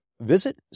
Visit